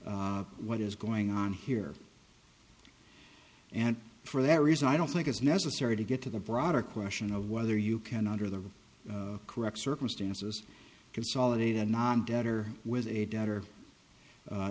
what is going on here and for that reason i don't think it's necessary to get to the broader question of whether you can under the correct circumstances consolidate a non debtor with a debtor